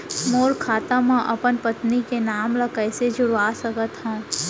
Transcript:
मोर खाता म अपन पत्नी के नाम ल कैसे जुड़वा सकत हो?